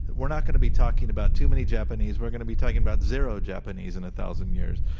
we're not going to be talking about too many japanese. we're going to be talking about zero japanese in a thousand years.